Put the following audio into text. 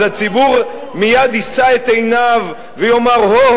אז הציבור מייד יישא את עיניו ויאמר: הו,